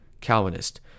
Calvinist